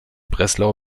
breslau